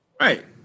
Right